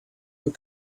your